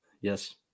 Yes